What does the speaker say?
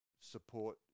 support